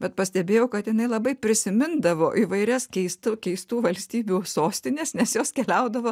bet pastebėjau kad jinai labai prisimindavo įvairias keistų keistų valstybių sostines nes jos keliaudavo